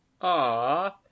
Aww